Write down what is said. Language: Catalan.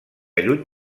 lluny